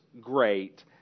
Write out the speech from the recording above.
great